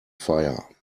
fire